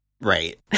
Right